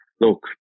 Look